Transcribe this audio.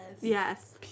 Yes